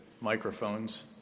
microphones